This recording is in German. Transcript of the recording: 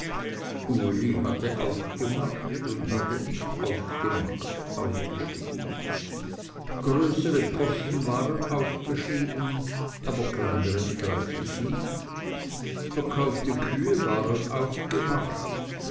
uli hatte aufgemacht und hatte nicht aufgemacht größere posten waren aufgeschrieben aber kleinere begreiflich nicht verkaufte kühe waren aufgemacht